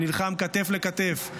שנלחם כתף אל כתף,